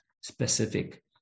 specific